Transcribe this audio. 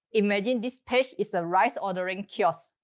imagine this page is a rice ordering kiosk.